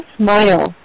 smile